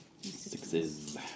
Sixes